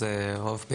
זה עוף,